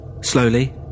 Slowly